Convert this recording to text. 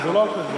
אדוני ראש הממשלה,